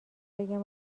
بگم